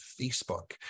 Facebook